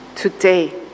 Today